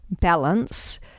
balance